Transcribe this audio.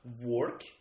work